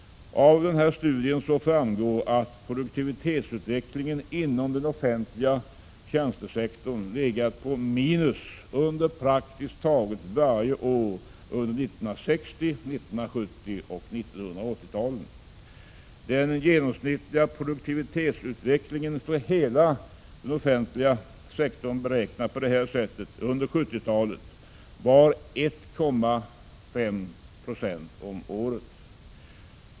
Av studien framgår att produktivitetsutvecklingen inom den offentliga tjänstesektorn legat på minus under praktiskt taget varje år under 1960-, 1970 och 1980-talen. Den genomsnittliga produktivitetsutvecklingen för hela den offentliga sektorn, beräknad på detta sätt, var under 1970-talet 1,5 20 om året.